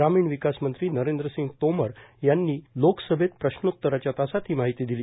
ग्रामीण विकास मंत्री नरैद्रसिंग तोमर यांनी लोकसभेत प्रश्नोत्तराष्या तासात ष्री माहिती दिली